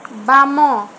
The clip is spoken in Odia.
ବାମ